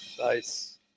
Nice